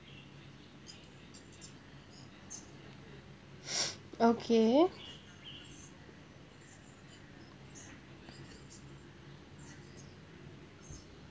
okay